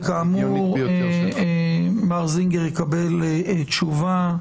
וכאמור מר זינגר יקבל תשובה.